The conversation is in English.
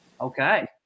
Okay